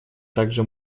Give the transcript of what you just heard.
также